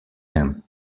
him